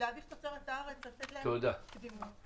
להעדיף תוצרת הארץ ולתת להם קדימות.